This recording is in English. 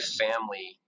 family